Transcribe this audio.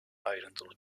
ayrıntılı